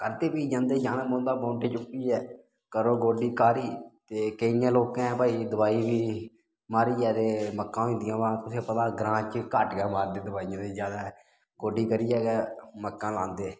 करदे बी जंदे जाना पौंदा बौंटे चुक्कियै करो गोड्डी काह्री ते केइयें लोकें भई दवाई बी मारियै ते मक्कां होई जंदियां अवां तुसेंगी पता ग्रांऽ च घट्ट गै मारदे दवाइयां ते ज्यादा गोड्डी करियै गै मक्कां लांदे